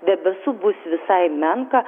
debesų bus visai menka